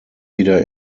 wieder